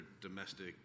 domestic